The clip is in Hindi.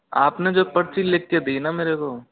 आप ने जो पर्ची लिख के देना मेरे को